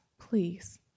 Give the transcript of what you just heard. please